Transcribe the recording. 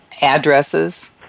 addresses